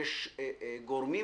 יש גורמים